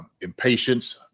impatience